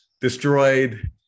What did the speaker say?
destroyed